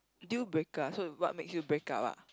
deal breaker so what makes you break up !wah!